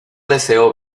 deseo